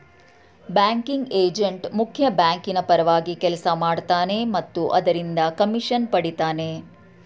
banking agent ಮುಖ್ಯ ಬ್ಯಾಂಕಿನ ಪರವಾಗಿ ಕೆಲಸ ಮಾಡ್ತನೆ ಮತ್ತು ಅದರಿಂದ ಕಮಿಷನ್ ಪಡಿತನೆ